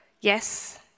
Yes